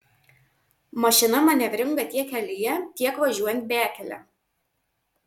mašina manevringa tiek kelyje tiek važiuojant bekele